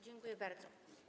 Dziękuję bardzo.